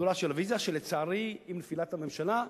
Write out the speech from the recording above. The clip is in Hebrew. לביטולה של הוויזה, שלצערי עם נפילת הממשלה,